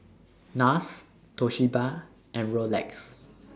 Nars Toshiba and Rolex